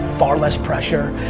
far less pressure.